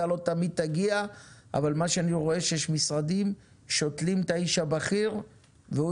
אתה לא תמיד תגיע אבל אני רואה שיש משרד ששותלים את האיש הבכיר והוא